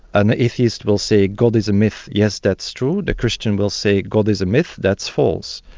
an atheist will say god is a myth, yes, that's true'. the christian will say god is a myth, that's false'.